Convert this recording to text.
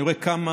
אני רואה כמה,